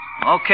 Okay